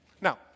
Now